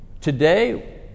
Today